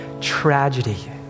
tragedy